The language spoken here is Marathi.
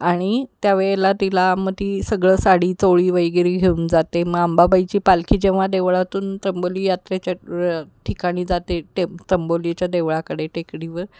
आणि त्यावेळेला तिला मग ती सगळं साडी चोळी वगेरे घेऊन जाते मग अंबाबाईची पालखी जेव्हा देवळातून त्र्यंबोली यात्रेच्या ठिकाणी जाते त्र्यंबोलीच्या देवळाकडे टेकडीवर